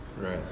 Right